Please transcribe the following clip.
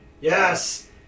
Yes